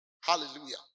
hallelujah